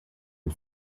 and